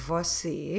Você